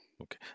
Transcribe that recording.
Okay